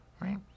right